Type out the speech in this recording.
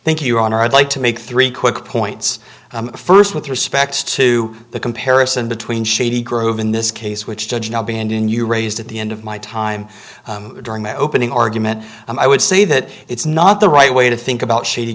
thank you on our i'd like to make three quick points st with respect to the comparison between shady grove in this case which judge now being and in you raised at the end of my time during my opening argument i would say that it's not the right way to think about shady